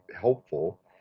helpful